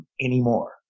anymore